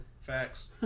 Facts